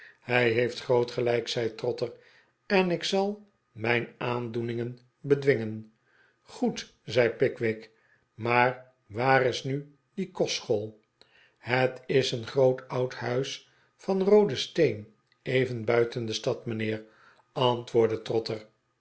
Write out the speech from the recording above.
hij heeft groot gelijk zei trotter en ik zal mijn aandoeningen bedwingen goed zei pickwick maar waar is nu die kostschool het is een groot oud huis van rooden steen even buiten de stad mijnheer antwoordde trotter